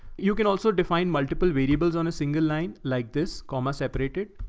you can also define multiple variables on a single line, like this comma separated.